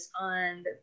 on